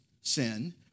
sin